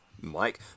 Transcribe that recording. Mike